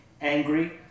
angry